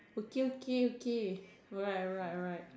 okay okay okay alright alright alright